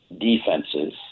defenses